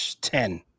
ten